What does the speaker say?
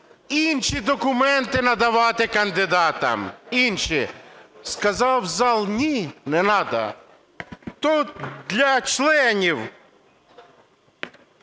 інші документи надавати кандидатам, інші. Сказав зал: ні, не надо, то для членів